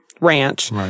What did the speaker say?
Ranch